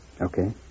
Okay